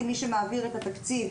כמי שמעביר את התקציב,